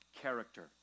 character